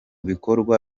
bikorwa